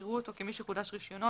יראו אותו כמי שחודש רישיונו,